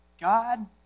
God